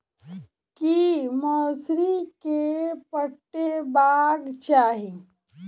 की मौसरी केँ पटेबाक चाहि?